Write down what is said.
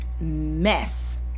mess